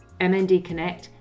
mndconnect